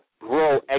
grow